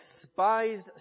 despised